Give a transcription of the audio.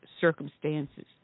circumstances